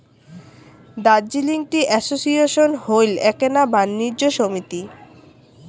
Darjeeling tea association হইল এ্যাকনা বাণিজ্য সমিতি